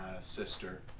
Sister